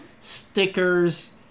Stickers